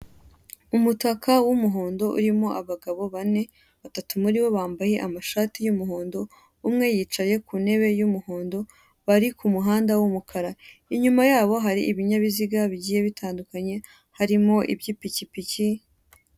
Umutaka w'umuhondo urimo abagabo bane; batatu muri bo bambaye amashati y'umuhondo, umwe yicaye ku ntebe y'umuhondo, bari ku muhanda w'umukara. Inyuma yabo hari ibinyabiziga bigiye bitandukanye, harimo iby'ipikipiki,